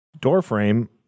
Doorframe